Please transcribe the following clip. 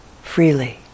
freely